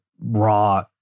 raw